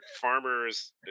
farmers